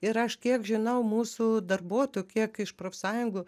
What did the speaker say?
ir aš kiek žinau mūsų darbuotojų kiek iš profsąjungų